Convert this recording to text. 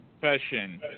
profession